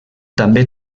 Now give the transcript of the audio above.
també